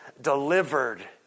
delivered